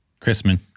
Chrisman